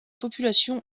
population